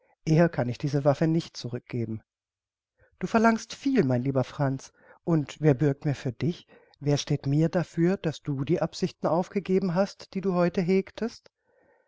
eher kann ich diese waffe nicht zurückgeben du verlangst viel mein lieber franz und wer bürgt mir für dich wer steht mir dafür daß du die absichten aufgegeben hast die du heute hegtest